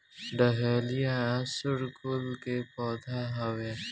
dahlia सूर्यकुल के पौधा हवे